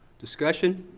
discussion?